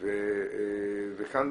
ומערכת הבריאות ביחד היו הנחשונים,